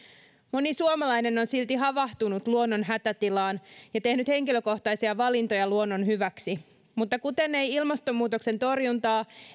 moni suomalainen on silti havahtunut luonnon hätätilaan ja tehnyt henkilökohtaisia valintoja luonnon hyväksi mutta kuten ei ilmastonmuutoksen torjuntaa